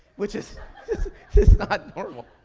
which is, is not normal.